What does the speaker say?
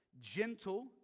gentle